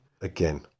again